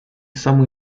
самые